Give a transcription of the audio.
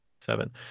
seven